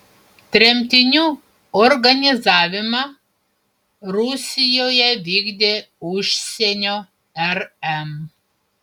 tremtinių organizavimą rusijoje vykdė užsienio rm